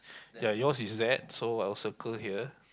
ya yours is that so I'll circle here